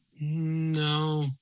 No